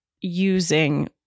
using